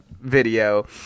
video